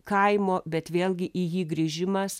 kaimo bet vėlgi į jį grįžimas